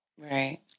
Right